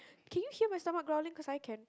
can you hear my stomach growling cause I can